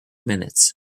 minutes